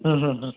हं हं हं